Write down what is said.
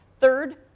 Third